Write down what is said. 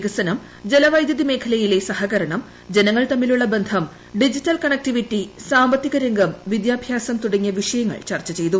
വികസനം ജലവൈദ്യുതിമേഖലയിലെ സഹകരണം ജനങ്ങൾ തമ്മിലുള്ള ബന്ധം ഡിജിറ്റൽ കണക്ടിവിറ്റി സാമ്പത്തികരംഗം വിദ്യാഭ്യാസം തുടങ്ങിയ വിഷയങ്ങൾ ചർച്ച ചെയ്തു